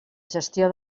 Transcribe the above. gestió